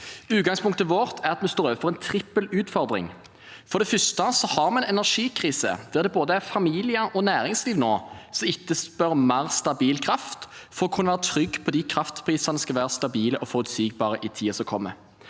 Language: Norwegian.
Utgangspunktet vårt er at vi står overfor en trippel utfordring. For det første har vi en energikrise, der både familier og næringsliv etterspør mer stabil kraft for å kunne være trygg på at kraftprisene er stabile og forutsigbare i tiden som kommer.